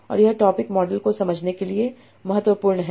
और यह topic model को समझने के लिए बहुत महत्वपूर्ण है